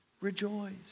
rejoice